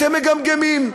אתם מגמגמים.